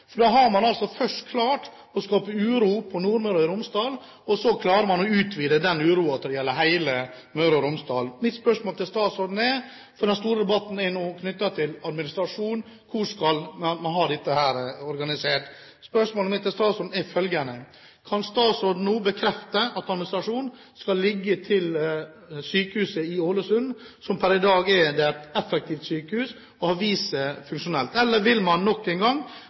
Man har først klart å skape uro på Nordmøre og i Romsdal, og så klarer man å utvide denne uroen til å gjelde hele Møre og Romsdal. Mitt spørsmål til statsråden er, for den store debatten er nå knyttet til administrasjon: Hvor skal man ha den? Kan statsråden nå bekrefte at administrasjonen skal ligge ved sykehuset i Ålesund, som per i dag er et effektivt sykehus, og har vist seg funksjonelt? Eller vil man nok en gang